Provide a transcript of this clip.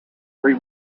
free